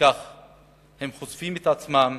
ובכך הם חושפים את עצמם